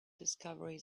discovery